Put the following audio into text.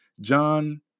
John